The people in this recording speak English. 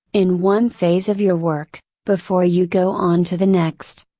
in one phase of your work, before you go on to the next?